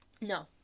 No